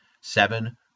Seven